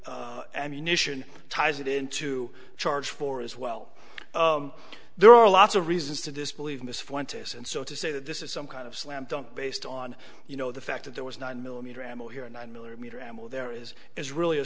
ammunition ties it in to charge for as well there are lots of reasons to disbelieve this one to us and so to say that this is some kind of slam dunk based on you know the fact that there was nine millimeter ammo here a nine millimeter ammo there is is really a